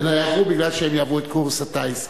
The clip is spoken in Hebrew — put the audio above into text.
אלא כי הן עברו את קורס הטיס.